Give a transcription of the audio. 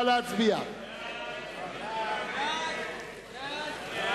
הצעת סיעת קדימה להביע אי-אמון